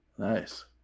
nice